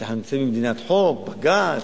אנחנו נמצאים במדינת חוק, בג"ץ.